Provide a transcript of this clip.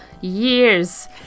years